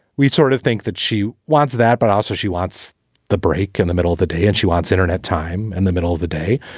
we sort of think that she wants that, but also she wants the break in and the middle of the day and she wants internet time and the middle of the day,